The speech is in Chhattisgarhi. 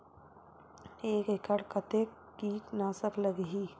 एक एकड़ कतेक किट नाशक लगही?